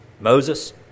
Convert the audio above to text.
Moses